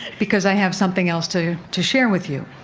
because i have something else to to share with you.